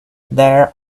there